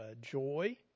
joy